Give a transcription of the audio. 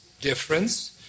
difference